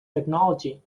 technology